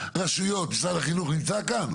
משרד החינוך נמצא כאן?